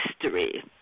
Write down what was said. history